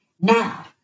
Now